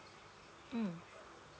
mm